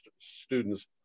students